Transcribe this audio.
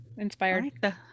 inspired